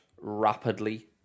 rapidly